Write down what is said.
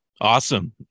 awesome